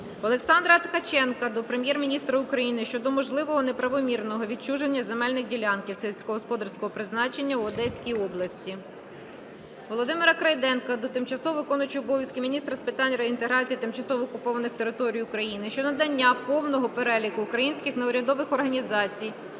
Олександра Ткаченка до Прем'єр-міністра України щодо можливого неправомірного відчуження земельних ділянок сільськогосподарського призначення у Одеській області. Володимира Крейденка до тимчасово виконуючого обов'язки міністра з питань реінтеграції тимчасово окупованих територій України щодо надання повного переліку українських неурядових організацій,